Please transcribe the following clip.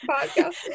podcast